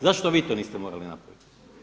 Zašto vi to niste morali napraviti?